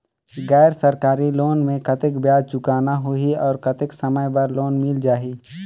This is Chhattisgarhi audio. गैर सरकारी लोन मे कतेक ब्याज चुकाना होही और कतेक समय बर लोन मिल जाहि?